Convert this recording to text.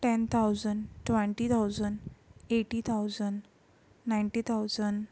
ten thousand twenty thousand eighty thousand ninety thousand